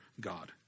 God